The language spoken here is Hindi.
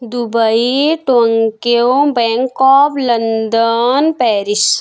Dubai Tokyo bank of London Paris